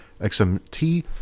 XMT